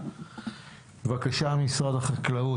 בבקשה, משרד החקלאות.